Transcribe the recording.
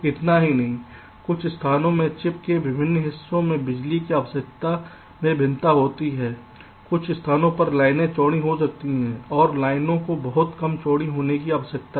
इतना ही नहीं कुछ स्थानों में चिप के विभिन्न हिस्सों में बिजली की आवश्यकताओं में भिन्नता होती है कुछ स्थानों पर लाइनें चौड़ी हो सकती हैं और लाइनों को बहुत कम चौड़ी होने की आवश्यकता है